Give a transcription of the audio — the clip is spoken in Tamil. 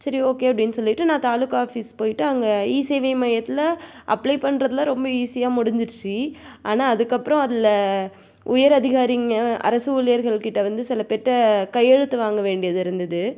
சரி ஓகே அப்படின்னு சொல்லிவிட்டு நான் தாலுக்கா ஆஃபீஸ் போயிட்டு அங்கே இசேவை மையத்தில் அப்ளை பண்ணுறதுலாம் ரொம்ப ஈஸியாக முடிஞ்சிடுச்சு ஆனால் அதற்கப்றோம் அதில் உயர் அதிகாரிங்க அரசு ஊழியர்கள் கிட்ட வந்து சில பேர்கிட்ட கையெழுத்து வாங்கவேண்டியது இருந்துது